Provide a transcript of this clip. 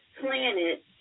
planet